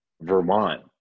Vermont